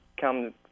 come